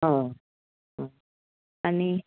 हय आनी